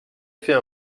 fait